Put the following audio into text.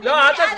כן, בבקשה.